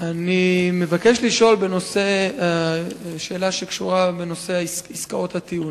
אני מבקש לשאול שאלה שקשורה בנושא עסקאות הטיעון.